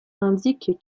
indique